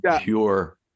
pure